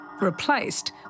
replaced